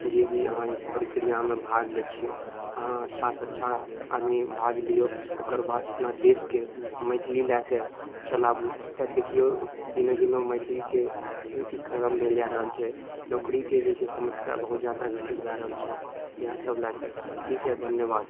जेभी अहाँ एहि प्रक्रिआमे भाग लै छिए अहाँ अच्छासँ अच्छा आदमी भाग लिऔ ओकर बाद अपना देशके मैथिली लऽ कऽ चलाबू कियाकि देखिऔ दिनोदिन मैथिलीके अथी खतम भेल जा रहल छै नौकरीके जे छै समस्या बहुत ज्यादा घटित भऽ रहल छै इएहसब लऽ कऽ ठीक हइ धन्यवाद